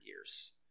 years